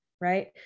right